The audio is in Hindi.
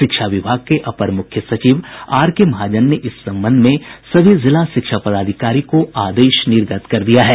शिक्षा विभाग के अपर मुख्य सचिव आर के महाजन ने इस संबंध में सभी जिला शिक्षा पदाधिकारी को आदेश निर्गत किया है